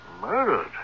Murdered